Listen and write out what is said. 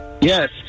Yes